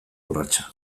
urratsa